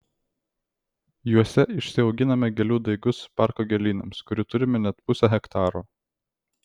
juose išsiauginame gėlių daigus parko gėlynams kurių turime net pusę hektaro